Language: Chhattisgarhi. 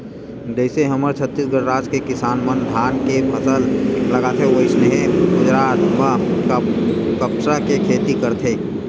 जइसे हमर छत्तीसगढ़ राज के किसान मन धान के फसल लगाथे वइसने गुजरात म कपसा के खेती करथे